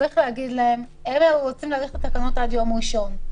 הם רוצים להאריך את התקנות עד יום ראשון,